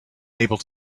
able